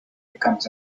becomes